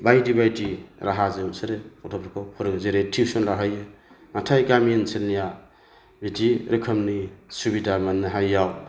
बायदि बायदि राहाजों बिसोरो गथ'फोरखौ फोरोङो जेरै टिउसन लाहोयो नाथाय गामि ओनसोलनिया बिदि रोखोमनि सुबिदा मोन्नो हायैआव